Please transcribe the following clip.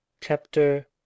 chapter